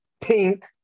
pink